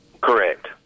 Correct